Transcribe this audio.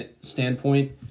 standpoint